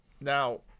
Now